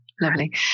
Lovely